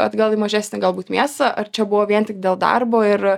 atgal į mažesnį galbūt miestą ar čia buvo vien tik dėl darbo ir